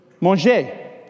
manger